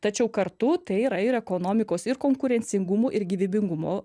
tačiau kartu tai yra ir ekonomikos ir konkurencingumo ir gyvybingumo